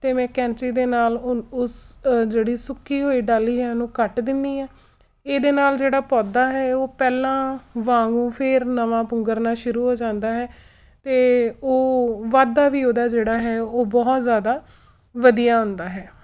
ਅਤੇ ਮੈਂ ਕੈਂਚੀ ਦੇ ਨਾਲ ਉਹ ਉਸ ਜਿਹੜੀ ਸੁੱਕੀ ਹੋਈ ਡਾਲੀਆਂ ਨੂੰ ਕੱਟ ਦਿੰਦੀ ਹਾਂ ਇਹਦੇ ਨਾਲ ਜਿਹੜਾ ਪੌਦਾ ਹੈ ਉਹ ਪਹਿਲਾਂ ਵਾਂਗੂ ਫਿਰ ਨਵਾਂ ਪੁੰਗਰਨਾ ਸ਼ੁਰੂ ਹੋ ਜਾਂਦਾ ਹੈ ਅਤੇ ਉਹ ਵਾਧਾ ਵੀ ਉਹਦਾ ਜਿਹੜਾ ਹੈ ਉਹ ਬਹੁਤ ਜ਼ਿਆਦਾ ਵਧੀਆ ਹੁੰਦਾ ਹੈ